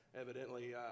Evidently